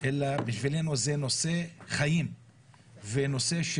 אלא בשבילנו זה נושא של חיים ונושא של